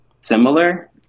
similar